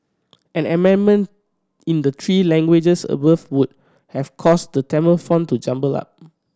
an amendment in the three languages above would have caused the Tamil font to jumble up